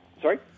Sorry